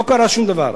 לא קרה שום דבר.